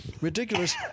Ridiculous